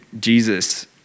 Jesus